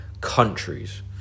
countries